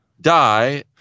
die